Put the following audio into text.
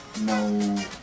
No